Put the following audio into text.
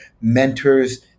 mentors